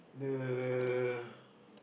the